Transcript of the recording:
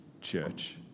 church